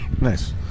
Nice